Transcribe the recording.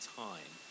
time